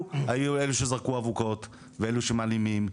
היו אלו שזרקו אבוקות ואלו שמעלימים,